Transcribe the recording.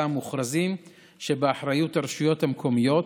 המוכרזים שבאחריות הרשויות המקומיות.